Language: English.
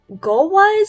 Goal-wise